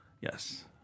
Yes